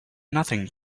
nothing